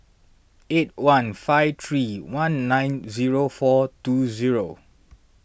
eight one five three one nine zero four two zero